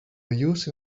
use